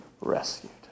rescued